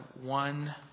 one